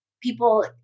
people